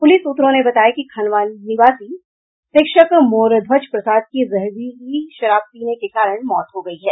police सूत्रों ने बताया कि खनवां निवासी शिक्षक मोरध्वज प्रसाद की जहरीली शराब पीने के कारण मौत हो गई है